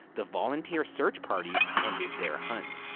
the volunteer search parties ended their hunt.